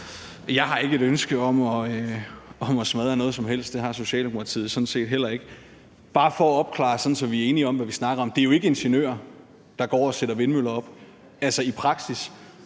Jeg har ikke et ønske om at smadre noget som helst. Det har Socialdemokratiet sådan set heller ikke. Bare for at opklare og så vi er enige om, hvad vi snakker om, vil jeg sige, at det jo ikke er ingeniører, der går og sætter vindmøller op, altså i praksis.